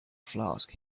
flask